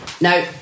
no